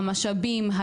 המשאבים,